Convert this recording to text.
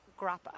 grappa